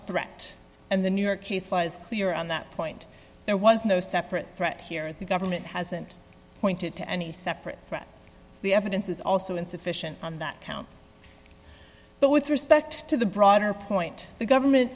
threat and the new york case was clear on that point there was no separate threat here at the government hasn't pointed to any separate from the evidence is also insufficient on that count but with respect to the broader point the government